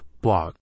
blog